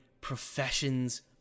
professions